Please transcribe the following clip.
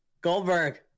Goldberg